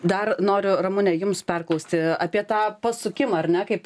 dar noriu ramune jums perklausti apie tą pasukimą ar ne kaip